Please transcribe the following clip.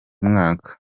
mwaka